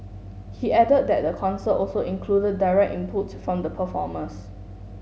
he added that the concert also included direct inputs from the performers